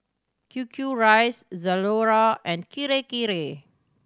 Q Q Rice Zalora and Kirei Kirei